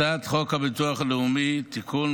הצעת חוק הביטוח הלאומי (תיקון,